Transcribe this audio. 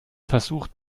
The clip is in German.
versucht